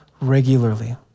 regularly